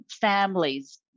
families